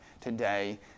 today